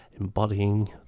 embodying